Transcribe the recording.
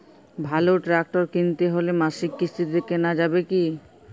ভালো ট্রাক্টর কিনতে হলে মাসিক কিস্তিতে কেনা যাবে কি?